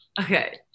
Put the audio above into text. Okay